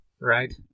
right